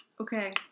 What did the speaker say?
okay